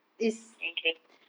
interesting